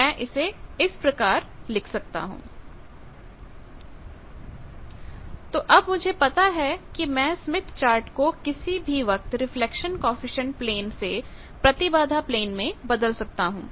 मैं इसे इस प्रकार लिख सकता हूं तो अब मुझे पता है कि मैं स्मिथ चार्ट को किसी भी वक्त रिफ्लेक्शन कॉएफिशिएंट प्लेन से प्रतिबाधा प्लेन में बदल सकता हूं